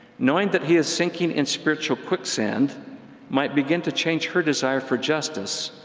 knowing that he is sinking in spiritual quicksand might begin to change her desire for justice,